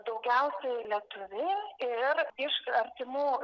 daugiausiai lietuviai ir iš artimų